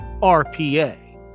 RPA